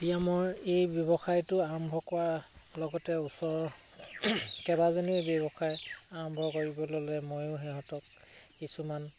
এতিয়া মোৰ এই ব্যৱসায়টো আৰম্ভ কৰাৰ লগতে ওচৰৰ কেইবাজনীও ব্যৱসায় আৰম্ভ কৰিব ল'লে ময়ো সিহঁতক কিছুমান